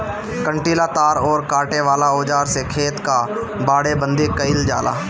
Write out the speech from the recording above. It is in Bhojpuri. कंटीला तार अउरी काटे वाला औज़ार से खेत कअ बाड़ेबंदी कइल जाला